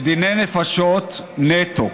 בדיני נפשות נטו.